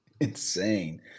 Insane